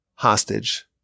hostage